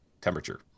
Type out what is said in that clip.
temperature